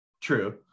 True